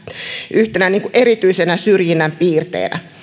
yhtenä erityisenä syrjinnän piirteenä